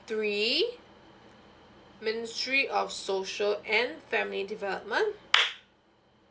three ministry of social and family development